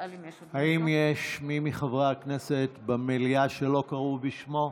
האם יש מי מחברי הכנסת במליאה שלא קראו בשמו?